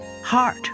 heart